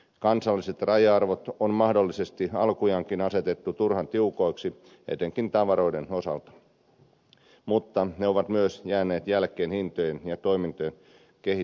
kansalliset raja arvot on mahdollisesti alkujaankin asetettu turhan tiukoiksi etenkin tavaroiden osalta mutta ne ovat myös jääneet jälkeen hintojen ja toimintojen kehityksestä